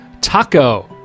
Taco